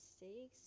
six